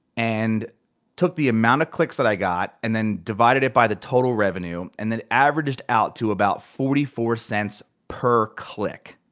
and took the amount of clicks that i got and then divided it by the total revenue. and that averaged out to about forty four cents per click,